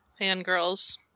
fangirls